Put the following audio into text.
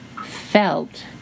felt